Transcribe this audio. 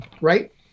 Right